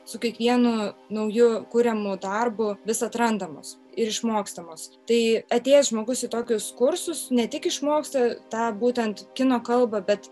su kiekvienu nauju kuriamu darbu vis atrandamos ir išmokstamos tai atėjęs žmogus į tokius kursus ne tik išmoksta tą būtent kino kalbą bet